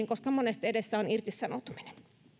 koska monesti edessä on irtisanoutuminen